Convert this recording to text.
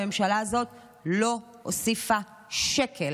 הממשלה הזאת לא הוסיפה שקל.